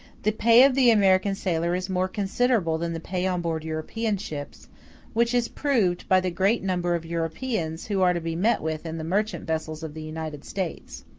the pay of the american sailor is more considerable than the pay on board european ships which is proved by the great number of europeans who are to be met with in the merchant vessels of the united states.